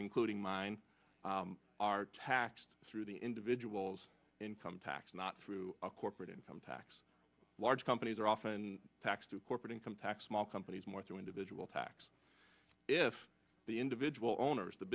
including mine are taxed through the individuals income tax not through a corporate income tax large companies are often taxed to corporate income tax small companies more through individual tax if the individual owners the